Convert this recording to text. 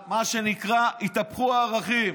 מה שנקרא, התהפכו הערכים: